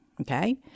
Okay